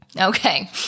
Okay